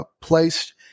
placed